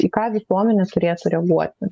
į ką visuomenė turėtų reaguoti